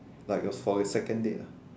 like a for a second date ah